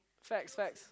facts facts